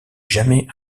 jamais